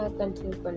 continue